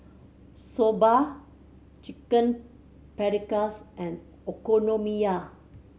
Soba Chicken Paprikas and Okonomiyaki